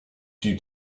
due